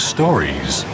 Stories